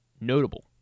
notable